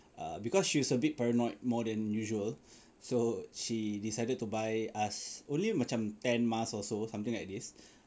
uh because she's a bit paranoid more than usual so she decided to buy us only macam ten masks or so something like this